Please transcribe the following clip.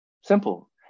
Simple